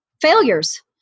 failures